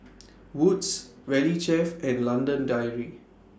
Wood's Valley Chef and London Dairy